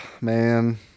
man –